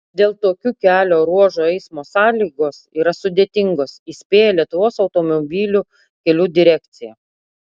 dėl tokių kelio ruožų eismo sąlygos yra sudėtingos įspėja lietuvos automobilių kelių direkcija